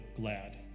glad